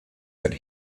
that